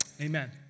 Amen